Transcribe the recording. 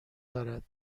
دارد